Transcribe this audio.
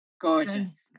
gorgeous